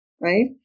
right